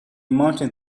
mounted